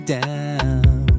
down